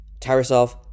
Tarasov